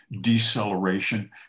deceleration